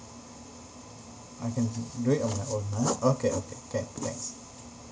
I can do it on my own ah okay okay can thanks